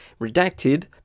redacted